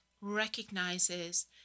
recognizes